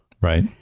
Right